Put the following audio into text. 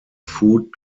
food